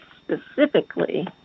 specifically